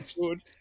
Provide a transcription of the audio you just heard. good